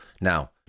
Now